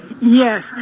Yes